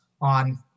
on